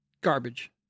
garbage